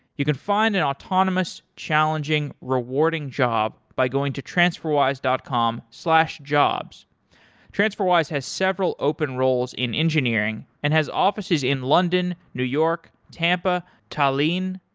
you can find an autonomous, challenging, rewarding job by going to transferwise dot com jobs transferwise has several open roles in engineering and has offices in london, new york, tampa, tallinn,